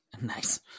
nice